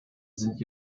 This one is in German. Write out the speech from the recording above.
sind